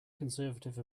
conservative